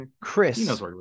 Chris